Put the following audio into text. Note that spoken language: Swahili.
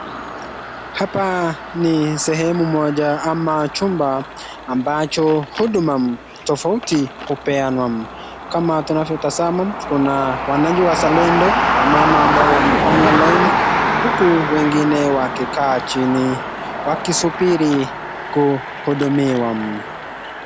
Hapa ni sehemu moja ama chumba ambacho huduma tofauti hupeanwa kama tunavyo tazama kuna wananchi wazalendo, wamama ambao wamepanga laini huku wengine wakikaa chini wakisubiri kuhudumiwa.